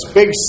big